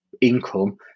income